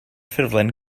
ffurflen